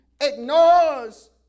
ignores